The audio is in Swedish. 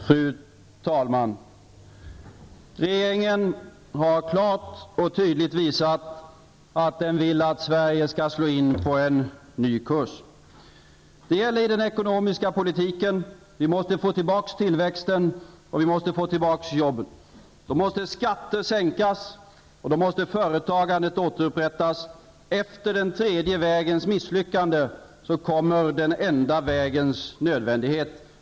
Fru talman! Regeringen har klart och tydligt visat att den vill att Sverige skall slå in på en ny kurs. Det gäller den ekonomiska politiken. Vi måste få tillbaka tillväxten, och vi måste få tillbaka jobben. Då måste skatter sänkas, och då måste företagandet återupprättas. Efter den tredje vägens misslyckande kommer den enda vägens nödvändighet.